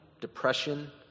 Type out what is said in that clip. depression